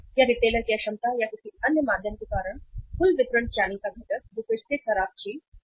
या रिटेलर की अक्षमता या किसी अन्य माध्यम के कारण कुल वितरण चैनल का घटक जो फिर से एक खराब चीज है